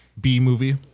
B-movie